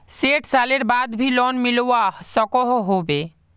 सैट सालेर बाद भी लोन मिलवा सकोहो होबे?